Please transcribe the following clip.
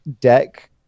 deck